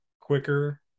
quicker